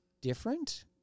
different